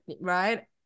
right